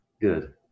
good